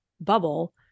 bubble